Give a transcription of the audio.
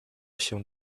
się